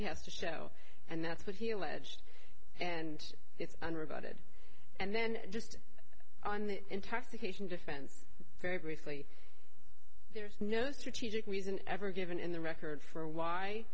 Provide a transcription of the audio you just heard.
he has to show and that's what he alleged and it's under about it and then just on the intoxication defense very briefly there's no strategic reason ever given in the record for why